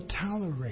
tolerate